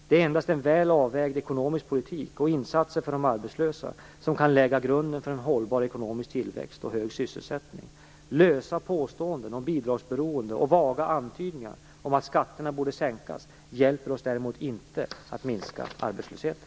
Det är endast en väl avvägd ekonomisk politik och insatser för de arbetslösa som kan lägga grunden för en hållbar ekonomisk tillväxt och en hög sysselsättning. Lösa påståenden om bidragsberoende och vaga antydningar om att skatterna borde sänkas hjälper oss däremot inte att minska arbetslösheten.